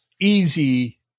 easy